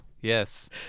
yes